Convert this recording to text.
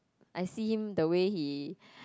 I see him the way he